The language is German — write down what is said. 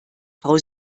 frau